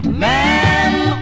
man